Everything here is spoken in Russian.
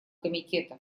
комитета